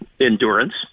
Endurance